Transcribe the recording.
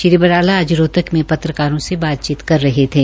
श्री बराला आज रोहतक में पत्रकारों से बातचीत कर रहे थे